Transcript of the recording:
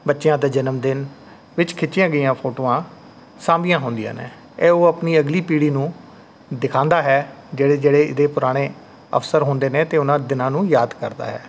ਬੱਚਿਆਂ ਦੇ ਜਨਮਦਿਨ ਵਿੱਚ ਖਿੱਚੀਆਂ ਗਈਆਂ ਫੋਟੋਆਂ ਸਾਂਭੀਆਂ ਹੁੰਦੀਆਂ ਨੇ ਇਹ ਉਹ ਆਪਣੀ ਅਗਲੀ ਪੀੜ੍ਹੀ ਨੂੰ ਦਿਖਾਉਂਦਾ ਹੈ ਜਿਹੜੇ ਜਿਹੜੇ ਇਹਦੇ ਪੁਰਾਣੇ ਅਵਸਰ ਹੁੰਦੇ ਨੇ ਅਤੇ ਉਹਨਾਂ ਦਿਨਾਂ ਨੂੰ ਯਾਦ ਕਰਦਾ ਹੈ